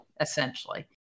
essentially